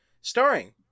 Starring